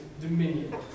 dominion